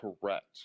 Correct